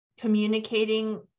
communicating